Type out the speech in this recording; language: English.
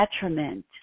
detriment